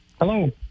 Hello